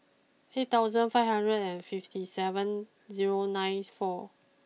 eight thousand five hundred and fifty seven zero nine four